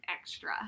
extra